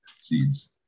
seeds